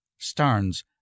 Starnes